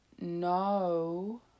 no